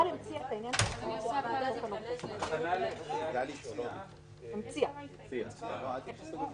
בהיבט הזה נודעת חשיבות רבה להסדרים שמוצעים בהצעת